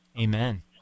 amen